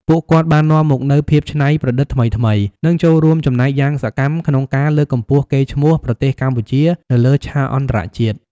ពួកគាត់បាននាំមកនូវភាពច្នៃប្រឌិតថ្មីៗ និងចូលរួមចំណែកយ៉ាងសកម្មក្នុងការលើកកម្ពស់កេរ្តិ៍ឈ្មោះប្រទេសកម្ពុជានៅលើឆាកអន្តរជាតិ។